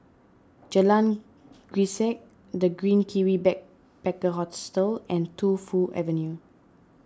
Jalan Grisek the Green Kiwi Backpacker Hostel and Tu Fu Avenue